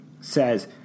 says